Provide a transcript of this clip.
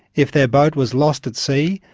if their boat was lost at sea,